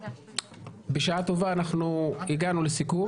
אנחנו ממשיכים בהקראת החוק,